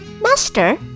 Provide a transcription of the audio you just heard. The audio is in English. Master